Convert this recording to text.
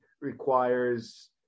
requires